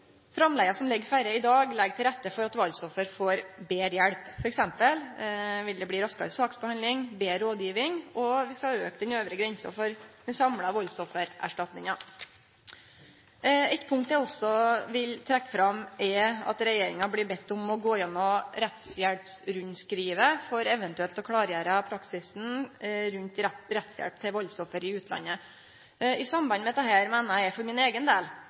som ligg føre i dag, legg til rette for at valdsoffer får betre hjelp. For eksempel vil det bli raskare saksbehandling, betre rådgjeving, og vi skal auke den øvre grensa for den samla valdsoffererstatninga. Eit punkt eg også vil trekkje fram, er at regjeringa blir beden om å gå gjennom rettshjelpsrundskrivet for eventuelt å klargjere praksisen rundt rettshjelp til valdsoffer i utlandet. I samband med det meiner eg for min eigen del